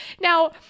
Now